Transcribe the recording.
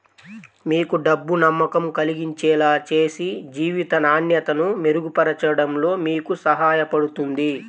మీకు డబ్బు నమ్మకం కలిగించేలా చేసి జీవిత నాణ్యతను మెరుగుపరచడంలో మీకు సహాయపడుతుంది